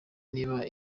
niba